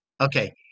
Okay